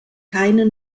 keine